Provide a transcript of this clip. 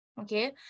okay